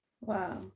Wow